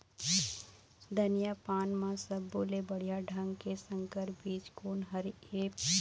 धनिया पान म सब्बो ले बढ़िया ढंग के संकर बीज कोन हर ऐप?